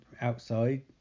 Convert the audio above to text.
outside